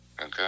Okay